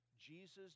Jesus